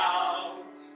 out